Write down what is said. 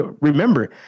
Remember